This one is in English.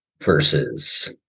Versus